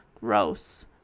Gross